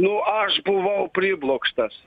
nu aš buvau priblokštas